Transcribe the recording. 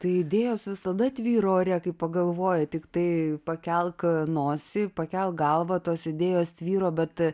tai idėjos visada tvyro ore kai pagalvoji tiktai pakelk nosį pakelk galvą tos idėjos tvyro bet